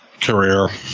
career